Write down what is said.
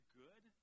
good